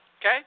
Okay